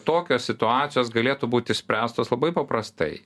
tokios situacijos galėtų būt išspręstos labai paprastai